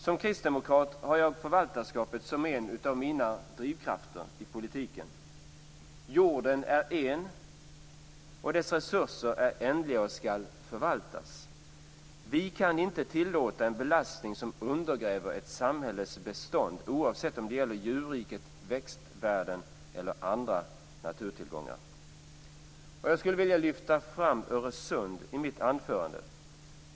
Som kristdemokrat har jag förvaltarskapet som en av mina drivkrafter i politiken. Jorden är en och dess resurser är ändliga och skall förvaltas! Vi kan inte tillåta en belastning som undergräver ett samhälles bestånd oavsett om det gäller djurriket, växtvärlden eller andra naturtillgångar. Jag skall lyfta fram Öresund i mitt anförande.